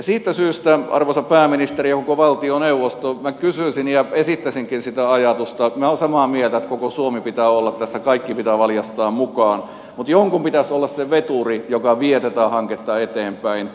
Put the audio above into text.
siitä syystä arvoisa pääministeri ja koko valtioneuvosto minä kysyisin ja esittäisinkin sitä ajatusta että minä olen samaa mieltä että koko suomen pitää olla tässä kaikki pitää valjastaa mukaan mutta jonkun pitäisi olla se veturi joka vie tätä hanketta eteenpäin